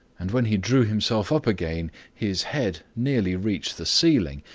and when he drew himself up again his head nearly reached the ceiling,